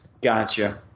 gotcha